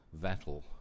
Vettel